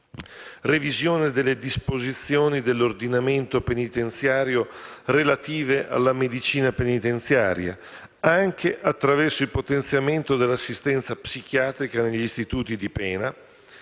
revisione delle disposizioni dell'ordinamento penitenziario relative alla medicina penitenziaria (anche attraverso il potenziamento dell'assistenza psichiatrica negli istituti di pena),